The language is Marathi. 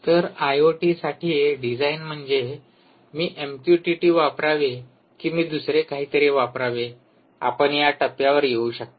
तर आयओटीसाठी डिझाइन म्हणजे मी एमक्यूटीटी वापरावे कि मी दुसरे काहीतरी वापरावे आपण या टप्प्यावर येऊ शकता